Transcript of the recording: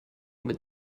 mit